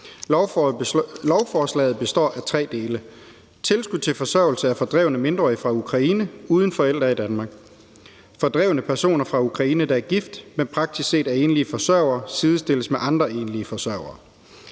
Lovforslaget består af tre dele: tilskud til forsørgelse af fordrevne mindreårige fra Ukraine uden forældre i Danmark, at fordrevne personer fra Ukraine, der er gift, men i praksis er enlige forsørgere, sidestilles med andre enlige forsørgere,